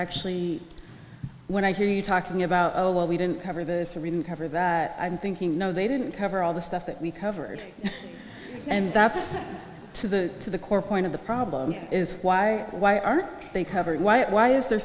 actually when i hear you talking about oh well we didn't cover this or even cover that i'm thinking you know they didn't cover all the stuff that we covered and that's to the to the core point of the problem is why why are they covered why why is there